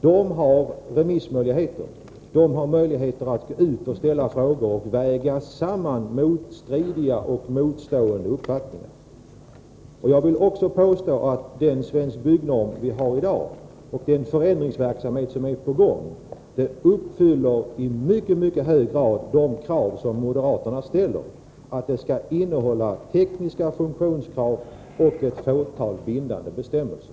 Verket har remissmöjligheter, har möjligheter att ställa frågor och väga samman motstridiga uppfattningar. Jag vill också påstå att den byggnorm vi har i dag och den förändring som är på väg i mycket hög grad uppfyller de krav som moderaterna ställer, att den skall innehålla tekniska funktionskrav och ett fåtal bindande bestämmelser.